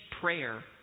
prayer